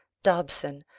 dobson,